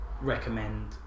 recommend